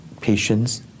patients